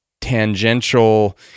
tangential